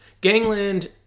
Gangland